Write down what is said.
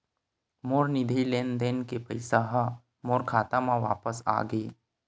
मोर निधि लेन देन के पैसा हा मोर खाता मा वापिस आ गे